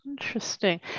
Interesting